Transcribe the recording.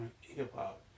hip-hop